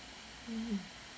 mmhmm